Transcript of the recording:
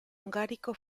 ungarico